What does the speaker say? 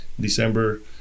December